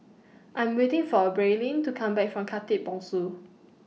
I'm waiting For Braelyn to Come Back from Khatib Bongsu